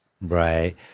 Right